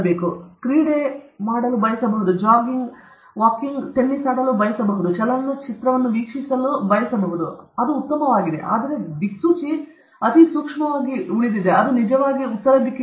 ನೀವು ಕೆಲವು ಸಮಯವನ್ನು ಅನುಮತಿಸಬೇಕಾದರೆ ನೀವು ಕ್ರೀಡೆಯನ್ನು ಮಾಡಲು ಬಯಸುತ್ತೀರಿ ನೀವು ಜಾಗ್ ಮಾಡಲು ಬಯಸುತ್ತೀರಿ ನೀವು ನಡೆದುಕೊಳ್ಳಲು ಬಯಸುತ್ತೀರಾ ನೀವು ಟೆನ್ನಿಸ್ ಆಡಲು ಬಯಸುತ್ತೀರಾ ನೀವು ಚಲನಚಿತ್ರವನ್ನು ವೀಕ್ಷಿಸಲು ಬಯಸುವಿರಾ ಅದು ಉತ್ತಮವಾಗಿದೆ ಆದರೆ ದಿಕ್ಸೂಚಿ ಅತಿಸೂಕ್ಷ್ಮವಾಗಿ ಉಳಿದಿದೆ ಅದು ನಿಜಕ್ಕೆ ಬರುತ್ತದೆ ಉತ್ತರ